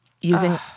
Using